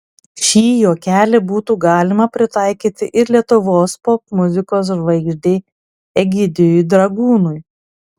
šį juokelį būtų galima pritaikyti ir lietuvos popmuzikos žvaigždei egidijui dragūnui